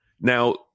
Now